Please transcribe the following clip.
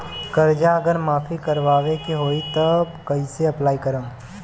कर्जा अगर माफी करवावे के होई तब कैसे अप्लाई करम?